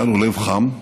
היה לו לב חם מאוד,